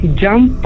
jump